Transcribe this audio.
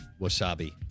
Wasabi